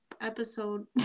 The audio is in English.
episode